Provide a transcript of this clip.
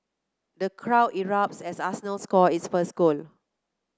the crowd erupts as Arsenal score its first goal